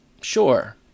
sure